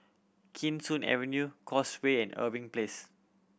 Kee Sun Avenue Causeway and Irving Place